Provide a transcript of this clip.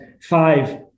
five